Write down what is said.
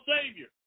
savior